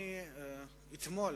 אתמול